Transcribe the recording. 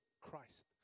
Christ